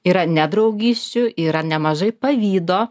yra nedraugysčių yra nemažai pavydo